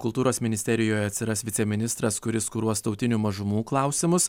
kultūros ministerijoje atsiras viceministras kuris kuruos tautinių mažumų klausimus